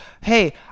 hey